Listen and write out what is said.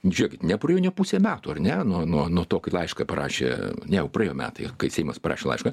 žiūrėkit nepraėjo nė pusė metų ar ne nuo nuo to kai laišką parašė ne jau praėjo metai kai seimas parašė laišką